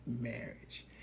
marriage